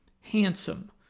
handsome